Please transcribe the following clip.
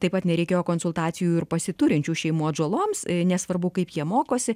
taip pat nereikėjo konsultacijų ir pasiturinčių šeimų atžaloms nesvarbu kaip jie mokosi